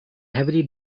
heavily